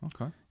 Okay